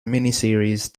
miniseries